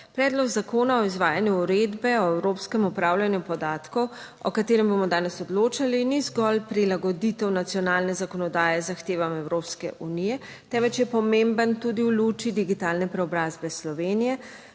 Predlog zakona o izvajanju uredbe o evropskem upravljanju podatkov, o katerem bomo danes odločali ni zgolj prilagoditev nacionalne zakonodaje zahtevam Evropske unije, temveč je pomemben tudi v luči digitalne preobrazbe Slovenije,